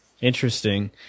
Interesting